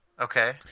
Okay